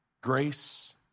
grace